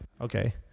Okay